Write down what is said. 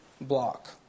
block